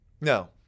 No